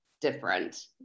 different